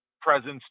presence